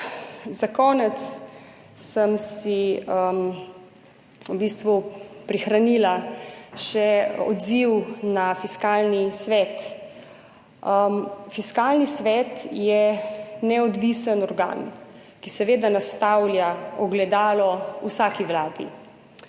Za konec sem si v bistvu prihranila še odziv na Fiskalni svet. Fiskalni svet je neodvisen organ, ki seveda nastavlja ogledalo vsaki vladi.